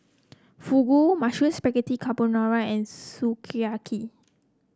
Fugu Mushroom Spaghetti Carbonara and Sukiyaki